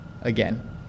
again